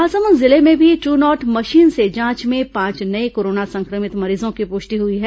महासमुंद जिले में भी ट्रू नॉट मशीन से जांच में पांच नये कोरोना संक्रमित मरीजों की पुष्टि हुई है